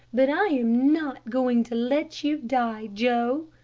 but i am not going to let you die, joe.